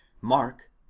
mark